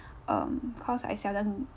um cause I seldom